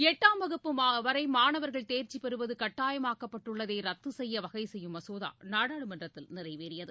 எட்டாம் வகுப்பு வரை மாணவர்கள் தேர்ச்சி பெறுவது கட்டாயமாக்கப்பட்டுள்ளதை ரத்து செய்ய வகை செய்யும் மசோதா நாடாளுமன்றத்தில் நிறைவேறியது